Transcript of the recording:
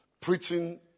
preaching